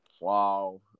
Wow